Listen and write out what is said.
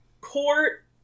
court